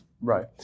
Right